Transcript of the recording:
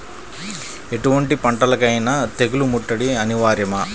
ఎటువంటి పంటలకైన తెగులు ముట్టడి అనివార్యమా?